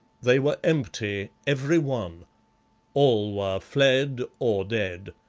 they were empty, every one all were fled or dead.